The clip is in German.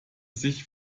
sich